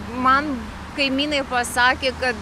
man kaimynai pasakė kad